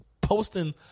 posting